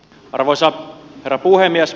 arvoisa herra puhemies